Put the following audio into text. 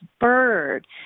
bird